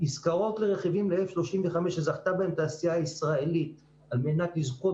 עסקאות לרכיבים ל-F35 שזכתה בהן תעשייה ישראלית על מנת לזכות